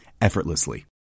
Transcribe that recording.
effortlessly